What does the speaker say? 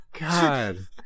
god